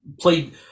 played